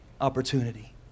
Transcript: opportunity